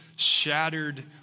shattered